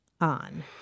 on